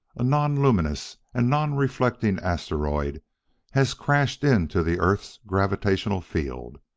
a non-luminous and non-reflecting asteroid has crashed into the earth's gravitational field.